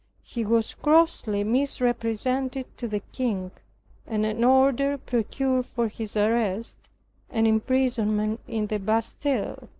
he was grossly misrepresented to the king, and an order procured for his arrest and imprisonment in the bastile.